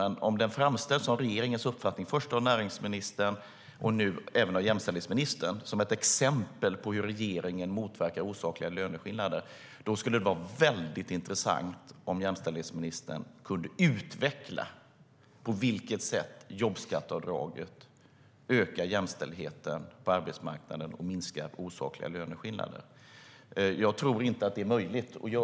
Men om den framställs som regeringens uppfattning först av näringsministern och nu även av jämställdhetsministern som ett exempel på hur regeringen motverkar osakliga löneskillnader skulle det vara väldigt intressant om jämställdhetsministern kunde utveckla på vilket sätt jobbskatteavdraget ökar jämställdheten på arbetsmarknaden och minskar osakliga löneskillnader. Jag tror inte att det är möjligt.